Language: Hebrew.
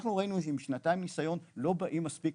אנחנו ראינו שעם שנתיים ניסיון לא באים מספיק